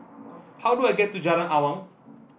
how do I get to Jalan Awang